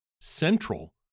central